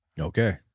Okay